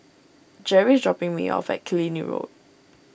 Gerry is dropping me off at Killiney Road